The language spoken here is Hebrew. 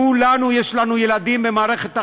כולנו, יש לנו ילדים במערכת החינוך,